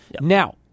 Now